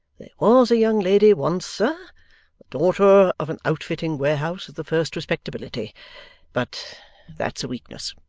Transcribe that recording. was a young lady once, sir, the daughter of an outfitting warehouse of the first respectability but that's a weakness.